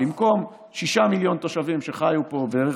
במקום שישה מיליון תושבים שחיו פה בערך,